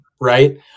Right